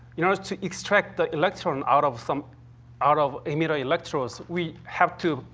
you know to extract the electron out of some out of emitter electrodes we have to,